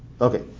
Okay